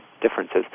differences